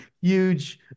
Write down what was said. huge